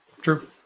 true